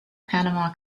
panama